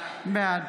בעד